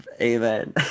Amen